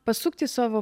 pasukti savo